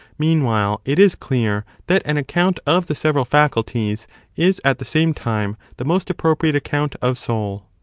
meanwhile it is clear that an account of the several faculties is at the same time the most appropriate account of soul.